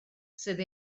sydd